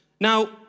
Now